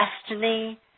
destiny